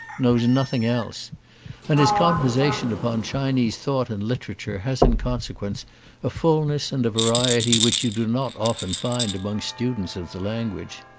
know nothing else and his conversation upon chinese thought and literature has in consequence a full ness and a variety which you do not often find among students of the language.